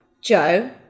Joe